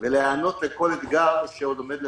ולהיענות לכל אתגר שעוד עומד לפנינו.